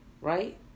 Right